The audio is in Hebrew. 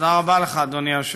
תודה רבה לך, אדוני היושב-ראש.